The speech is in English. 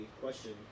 question